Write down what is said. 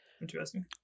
Interesting